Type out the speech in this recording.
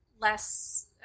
less